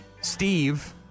Steve